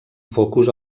focus